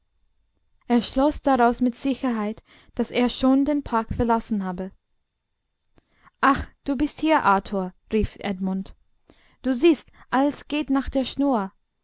er schloß daraus mit sicherheit daß er schon den park verlassen habe ach du bist hier arthur rief edmund du siehst alles geht nach der schnur